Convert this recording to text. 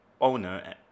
owner